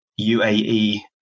UAE